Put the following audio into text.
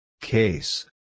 Case